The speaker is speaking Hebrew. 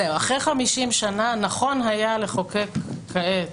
אחרי 50 שנה, נכון היה לחוקק כעת